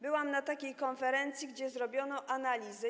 Byłam na takiej konferencji, gdzie zrobiono analizy.